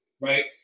right